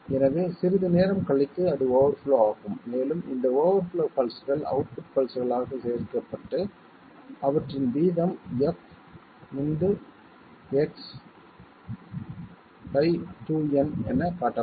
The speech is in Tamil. எனவே சிறிது நேரம் கழித்து அது ஓவர்ஃப்ளோ ஆகும் மேலும் இந்த ஓவர்ஃப்ளோ பல்ஸ்கள் அவுட்புட் பல்ஸ்களாக சேகரிக்கப்பட்டு அவற்றின் வீதம் f × X 2ⁿ எனக் காட்டப்படும்